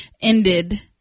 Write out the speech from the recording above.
ended